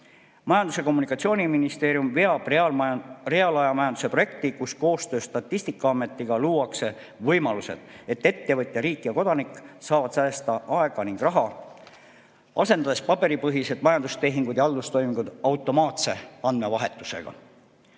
Majandus- ja Kommunikatsiooniministeerium veab reaalajamajanduse projekti, kus koostöös Statistikaametiga luuakse võimalused, et ettevõtja, riik ja kodanik saavad säästa aega ning raha, asendades paberipõhised majandustehingud ja haldustoimingud automaatse andmevahetusega.